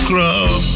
Club